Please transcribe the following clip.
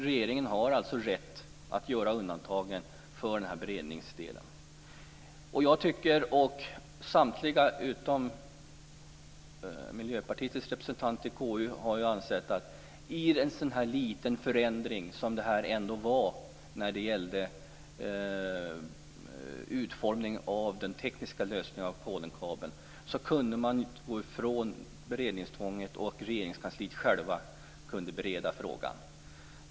Regeringen har alltså rätt att göra undantag för beredningsdelen. Jag och samtliga utom Miljöpartiets representant i KU anser att man, i en så liten förändring som det här ändå var fråga om när det gällde utformning av den tekniska lösningen av Polenkabeln, kunde gå ifrån beredningstvånget. Regeringskansliet kunde självt bereda frågan.